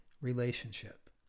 relationship